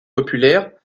populaire